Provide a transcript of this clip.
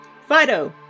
Fido